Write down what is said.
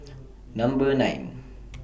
Number nine